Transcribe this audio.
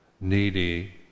needy